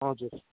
हजुर